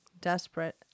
desperate